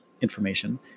information